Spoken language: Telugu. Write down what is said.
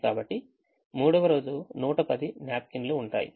కాబట్టి మూడవ రోజు 110 న్యాప్కిన్లు ఉంటాయి